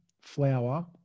flour